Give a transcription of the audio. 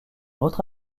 autre